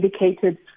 indicated